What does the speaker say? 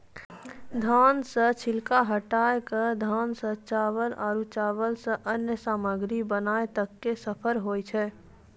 धान के छिलका हटाय कॅ धान सॅ चावल आरो चावल सॅ अन्य सामग्री बनाय तक के सफर होय छै